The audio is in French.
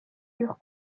eurent